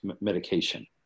medication